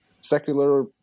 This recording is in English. secular